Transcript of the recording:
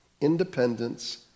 Independence